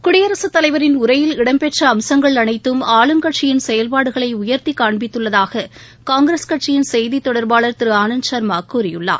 குடியரசுத் தலைவரின் உரையில் இடம்பெற்ற அம்சங்கள் அனைத்தும் ஆளும் கட்சியின் செயல்பாடுகளை உயா்த்தி காண்பித்துள்ளதாக காங்கிரஸ் கட்சியின் செய்தி தொடர்பாளர் திரு ஆனந்த்சர்மா கூறியுள்ளார்